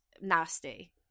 Nasty